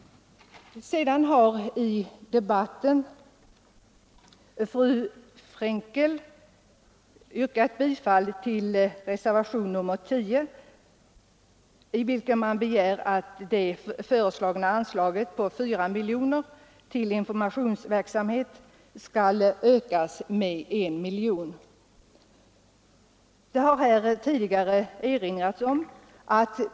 I debatten har fru Frenkel yrkat bifall till reservationen 10, i vilken begärs att det föreslagna anslaget på 4 miljoner kronor till informationsverksamhet skall uppräknas med 1 miljon.